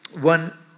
One